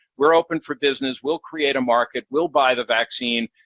we're open for business, we'll create a market, we'll buy the vaccine.